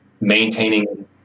maintaining